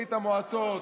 ברית המועצות.